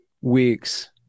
weeks